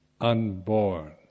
unborn